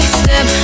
step